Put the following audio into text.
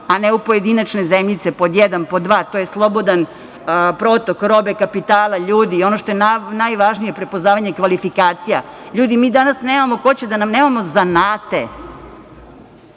a ne u pojedinačne zemljice. To je pod jedan. Pod dva, to je slobodan protok robe, kapitala, ljudi i ono što je najvažnije, prepoznavanje kvalifikacija. Ljudi, mi danas nemamo zanate.I